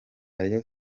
rayon